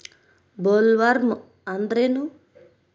Bollworm ಅಂದ್ರೇನು?